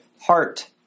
heart